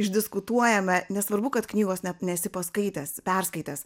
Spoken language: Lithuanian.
išdiskutuojame nesvarbu kad knygos nesi paskaitęs perskaitęs